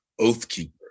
Oathkeeper